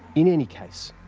in any case,